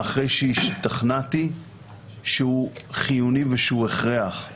אחרי שהשתכנעתי שהוא חיוני ושהוא הכרח.